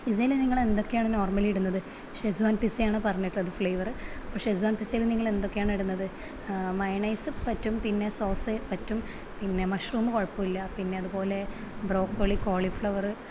പിസ്സയിൽ നിങ്ങള് എന്തൊക്കെയാണ് നോർമലി ഇടുന്നത് ഷെസോൺ പിസ ആണ് പറഞ്ഞിട്ടുള്ളത് ഫ്ലേവറ് അപ്പോൾ ഷെസോൺ പിസ്സയിൽ നിങ്ങള് എന്തൊക്കെയാണ് ഇടുന്നത് മയണെസ് പറ്റും പിന്നെ സൊസ് പറ്റും പിന്നെ മഷ്റൂമ് കുഴപ്പമില്ല പിന്നെ അതുപോലെ ബ്രോക്കോളി കോളിഫ്ലവറ്